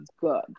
good